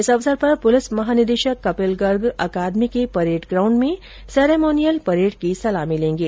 इस अवसर पर पुलिस महानिदेशक कपिल गर्ग अकादमी के परेड ग्राउण्ड में सेरेमोनियल परेड की सलामी लेंगे